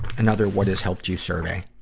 another what has helped you survey.